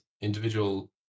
individual